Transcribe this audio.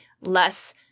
less